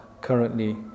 currently